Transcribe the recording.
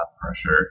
pressure